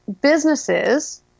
businesses